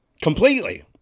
completely